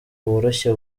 woroshya